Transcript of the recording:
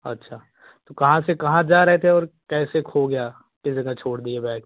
अच्छा तो कहाँ से कहाँ जा रहे थे और कैसे खो गया किस जगह छोड़ दिए बैग